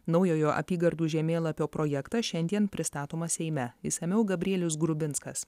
naujojo apygardų žemėlapio projektas šiandien pristatomas seime išsamiau gabrielius grubinskas